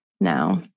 now